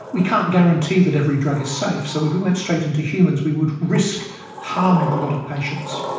we can't guarantee that every drug is safe, so if we went straight into humans we would risk harming a lot of patients.